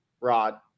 Rod